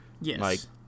Yes